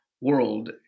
world